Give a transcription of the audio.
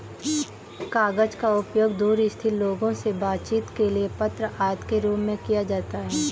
कागज का उपयोग दूर स्थित लोगों से बातचीत के लिए पत्र आदि के रूप में किया जाता है